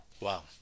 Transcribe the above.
Wow